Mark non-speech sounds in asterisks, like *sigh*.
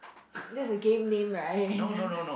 that's the game name right *laughs*